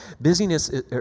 Busyness